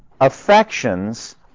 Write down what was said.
affections